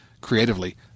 creatively